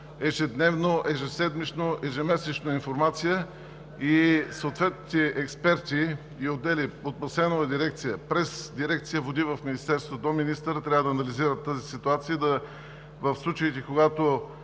ежедневно, ежеседмично, ежемесечно информация и съответните експерти и отдели от Басейнова дирекция, през дирекция „Води“ в Министерството, до министъра трябва да анализират тази ситуация. В случаите, когато